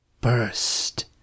burst